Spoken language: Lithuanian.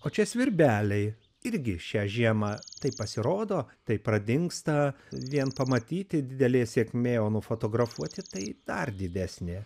o čia svirbeliai irgi šią žiemą tai pasirodo tai pradingsta vien pamatyti didelė sėkmė o nufotografuoti tai dar didesnė